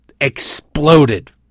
exploded